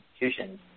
institutions